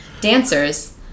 Dancers